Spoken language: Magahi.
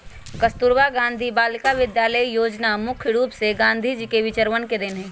कस्तूरबा गांधी बालिका विद्यालय योजना मुख्य रूप से गांधी जी के विचरवन के देन हई